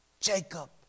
Jacob